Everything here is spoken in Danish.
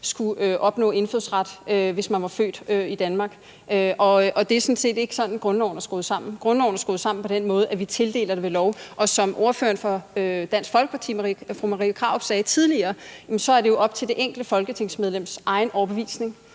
skulle opnå indfødsret, hvis man var født i Danmark, og det er sådan set ikke sådan, at grundloven er skruet sammen. Grundloven er skruet sammen på den måde, at vi tildeler indfødsret ved lov. Og som ordføreren for Dansk Folkeparti, fru Marie Krarup, sagde tidligere, er det jo op til det enkelte folketingsmedlems egen overbevisning